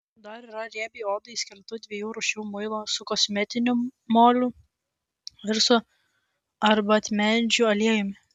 dar yra riebiai odai skirto dviejų rūšių muilo su kosmetiniu moliu ir su arbatmedžių aliejumi